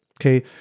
okay